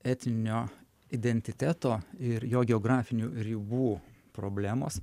etninio identiteto ir jo geografinių ribų problemos